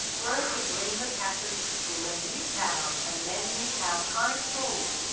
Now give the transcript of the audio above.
rose of lima catholic school in newtown, and then newtown high school,